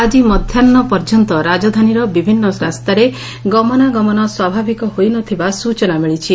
ଆଜି ମଧ୍ୟାହ୍ବ ପର୍ଯ୍ୟନ୍ତ ରାକଧାନୀର ବିଭିନ୍ତ ରାସ୍ତାରେ ଗମନାଗମନ ସ୍ୱାଭାବିକ ହୋଇନଥିବା ସୂଚନା ମିଳିଛି